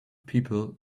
people